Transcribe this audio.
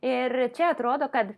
ir čia atrodo kad